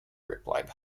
replied